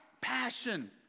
Passion